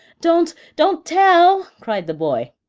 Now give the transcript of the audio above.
don't don't tell, cried the boy.